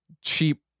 Cheap